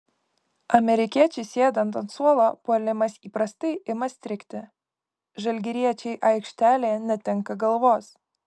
amerikiečiui sėdant ant suolo puolimas įprastai ima strigti žalgiriečiai aikštelėje netenka galvos